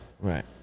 right